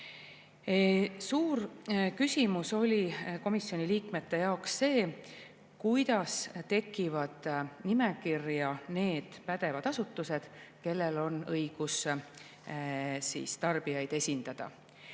Suur küsimus oli komisjoni liikmete jaoks see, kuidas tekivad nimekirja need pädevad asutused, kellel on õigus tarbijaid esindada.